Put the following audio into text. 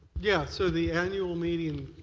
yeah so the annual meeting.